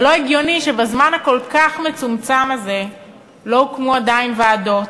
זה לא הגיוני שבזמן הכל-כך מצומצם הזה לא הוקמו עדיין ועדות